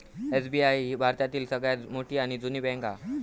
SBI भारतातली सगळ्यात मोठी आणि जुनी बॅन्क हा